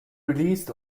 released